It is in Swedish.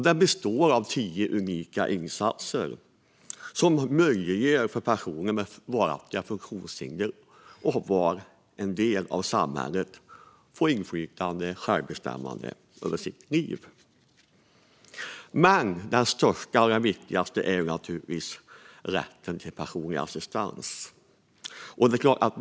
Den består av tio unika insatser som möjliggör för personer med varaktiga funktionshinder att ha kvar en del av samhället och att få inflytande och självbestämmande över sitt liv. Den största och viktigaste insatsen är naturligtvis rätten till personlig assistans.